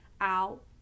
out